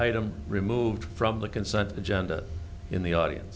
item removed from the consent of agenda in the audience